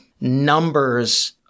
numbers